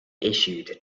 issued